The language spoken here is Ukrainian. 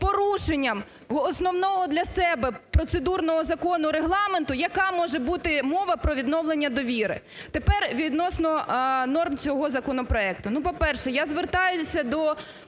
порушенням основного для себе процедурного закону – Регламенту, яка може бути мова про відновлення довіри? Тепер відносно норм цього законопроекту.